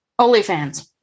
OnlyFans